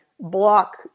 block